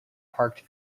parked